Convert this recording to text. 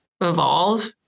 evolve